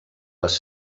les